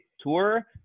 tour